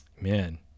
Man